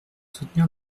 soutenir